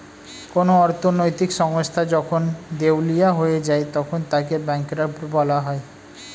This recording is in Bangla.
কোন অর্থনৈতিক সংস্থা যখন দেউলিয়া হয়ে যায় তখন তাকে ব্যাঙ্করাপ্ট বলা হয়